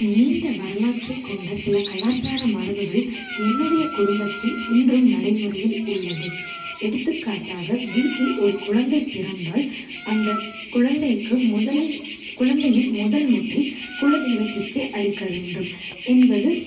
நீண்ட வரலாற்றைக் கொண்ட சில கலாச்சார மரபுகள் என்னுடைய குடும்பத்தில் இன்றும் நடைமுறையில் உள்ளது எடுத்துக்காட்டாக வீட்டில் ஒரு குழந்தை பிறந்தால் அந்த குழந்தைக்கு முதலில் குழந்தையின் முதல் மொட்டை குலதெய்வத்திற்கே அடிக்க வேண்டும் என்பது